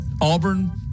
Auburn